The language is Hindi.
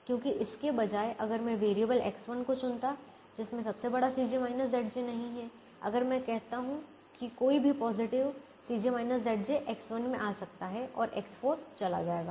लेकिन इसके बजाय अगर मैं वेरिएबल X1 को चुनता हूं जिसमें सबसे बड़ा नहीं है अगर मैं कहता हूं कि कोई भी पॉजिटिव X1 में आ सकता है और X4 चला जाएगा